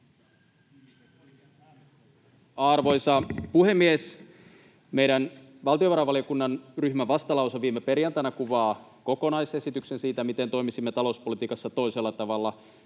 Arvoisa puhemies! Meidän valtiovarainvaliokunnan ryhmän vastalause viime perjantaina kuvaa kokonaisesityksen siitä, miten toimisimme talouspolitiikassa toisella tavalla.